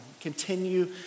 Continue